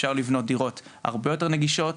אפשר לבנות דירות הרבה יותר נגישות,